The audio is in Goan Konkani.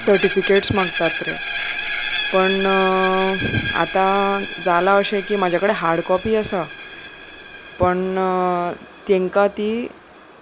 सर्टिफिकेट्स मागतात रे पण आतां जालां अशें की म्हजें कडेन हार्ड कॉपी आसा पण तांकां ती